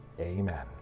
Amen